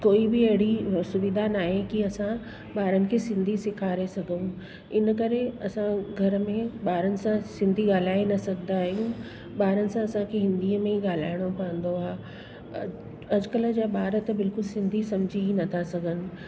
कोइ बि अहिड़ी सुविधा न आहे की असां ॿारनि खे सिंधी सेखारे सघूं इन करे असां घर में ॿारनि सां सिंधी ॻाल्हाए ई न सघंदा आहियूं ॿारनि सां असांखे हिंदीअ में ई ॻाल्हाइणो पवंदो आहे अॼुकल्ह जा ॿार त बिल्कुल सिंधी सम्झी ई नथा सघनि